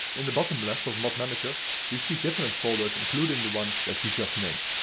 in the bottom left of mod manager you see different folders including the one that you just named.